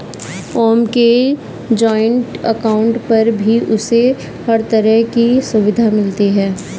ओम के joint account पर भी उसे हर तरह की सुविधा मिलती है